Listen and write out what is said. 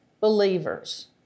believers